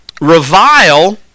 revile